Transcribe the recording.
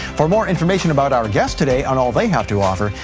for more information about our guest today on all they have to offer,